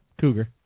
Cougar